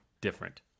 different